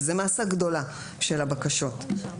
וזה מעשה גדולה של הבקשות.